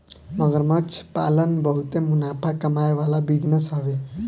मगरमच्छ पालन बहुते मुनाफा कमाए वाला बिजनेस हवे